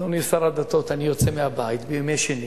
אדוני שר הדתות, אני יוצא מהבית, בימי שני.